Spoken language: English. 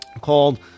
called